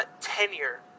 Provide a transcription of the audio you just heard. tenure